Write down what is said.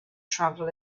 travel